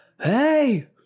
hey